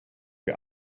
wir